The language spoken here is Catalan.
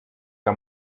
que